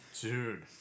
Dude